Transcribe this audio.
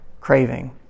craving